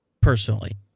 personally